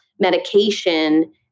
medication